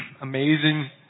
amazing